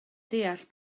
deall